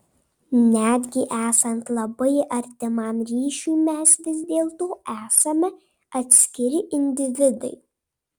netgi esant labai artimam ryšiui mes vis dėlto esame atskiri individai